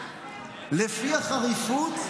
לפי החריפות,